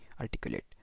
articulate